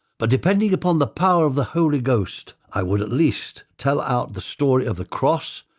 but depending upon the power of the holy ghost, i would at least tell out the story of the cross,